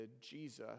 Jesus